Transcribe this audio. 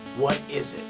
what is it?